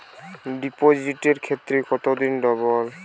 ডিপোজিটের ক্ষেত্রে কত দিনে ডবল?